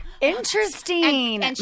Interesting